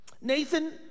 Nathan